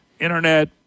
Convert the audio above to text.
internet